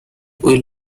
will